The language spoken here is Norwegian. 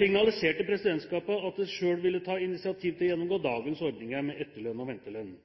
signaliserte presidentskapet at det selv ville ta initiativ til å gjennomgå dagens ordninger med etterlønn og ventelønn.